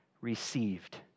received